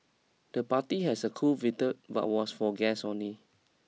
the party had a cool waiter but was for guests only